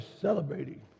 celebrating